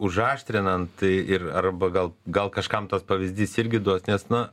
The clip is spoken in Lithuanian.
užaštrinant ir arba gal gal kažkam tas pavyzdys irgi duos nes na